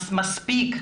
מספיק,